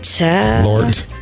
Lord